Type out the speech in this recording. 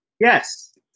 Yes